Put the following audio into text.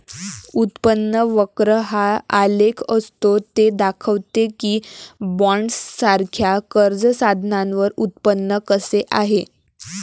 उत्पन्न वक्र हा आलेख असतो ते दाखवते की बॉण्ड्ससारख्या कर्ज साधनांवर उत्पन्न कसे आहे